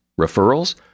Referrals